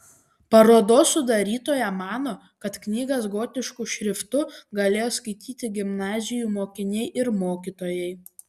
parodos sudarytoja mano kad knygas gotišku šriftu galėjo skaityti gimnazijų mokiniai ir mokytojai